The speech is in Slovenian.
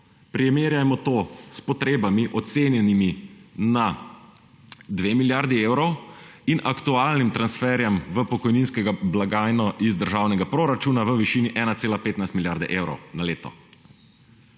primerjamo s potrebami, ocenjenimi na 2 milijardi evrov, in aktualnim transferjem v pokojninsko blagajno iz državnega proračuna v višini 1,15 milijarde evrov na leto